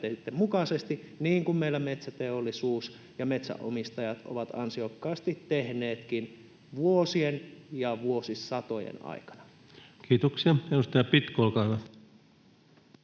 niin kuin meillä metsäteollisuus ja metsänomistajat ovat ansiokkaasti tehneetkin vuosien ja vuosisatojen aikana. [Speech 165] Speaker: